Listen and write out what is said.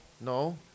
no